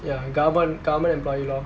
ya govern~ government employee lor